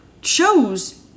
shows